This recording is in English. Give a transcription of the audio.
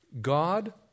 God